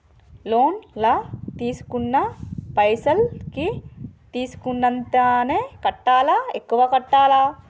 Loan లా తీస్కున్న పైసల్ కి తీస్కున్నంతనే కట్టాలా? ఎక్కువ కట్టాలా?